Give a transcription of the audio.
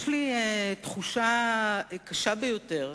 יש לי תחושה קשה ביותר,